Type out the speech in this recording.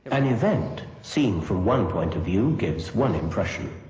an event seen from one point of view gives one impression.